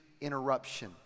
interruption